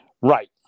Right